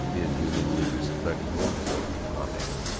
inhumanly respectable as a top-hat.